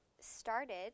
started